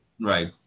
Right